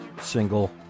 single